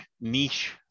niche